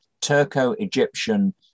Turco-Egyptian